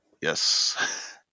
Yes